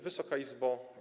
Wysoka Izbo!